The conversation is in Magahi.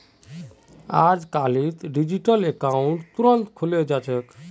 अजकालित डिजिटल अकाउंट तुरंत खुले जा छेक